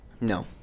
No